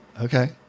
okay